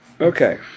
Okay